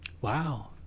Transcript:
Wow